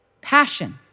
Passion